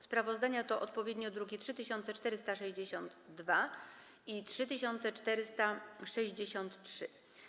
Sprawozdania to odpowiednio druki nr 3462 i 3463.